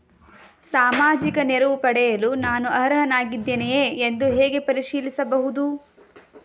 ಸಾಮಾಜಿಕ ನೆರವು ಪಡೆಯಲು ನಾನು ಅರ್ಹನಾಗಿದ್ದೇನೆಯೇ ಎಂದು ಹೇಗೆ ಪರಿಶೀಲಿಸಬಹುದು?